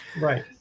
Right